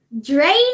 Drain